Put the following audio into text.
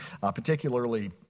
particularly